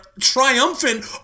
triumphant